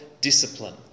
discipline